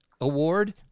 Award